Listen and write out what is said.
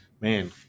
man